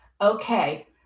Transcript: okay